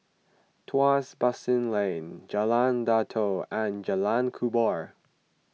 Tuas Basin Lane Jalan Datoh and Jalan Kubor